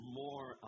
more